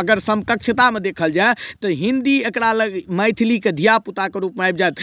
अगर समकक्षतामे देखल जाइ तऽ हिन्दी एकरा लग मैथिलीके धियापुताके रूपमे आबि जायत